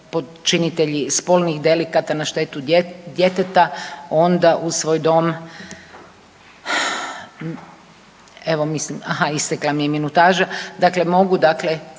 počinitelji spolnih delikata na štetu djeteta onda u svoj dom, evo mislim, aha istekla mi je minutaža, dakle mogu dakle